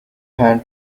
hand